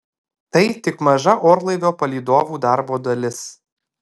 tai tik maža orlaivio palydovų darbo dalis